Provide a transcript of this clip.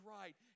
right